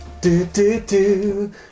Do-do-do